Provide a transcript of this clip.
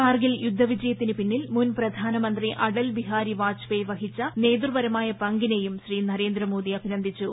കാർഗിൽ യുദ്ധവിജയത്തിന് പിന്നിൽ മുൻ പ്രധാനമന്ത്രി അടൽ ബിഹാരി വാജ്പേയി വഹിച്ച നേതൃപരമായ പങ്കിനെയും ശ്രീ നരേന്ദ്രമോദി അഭിനന്ദിച്ചു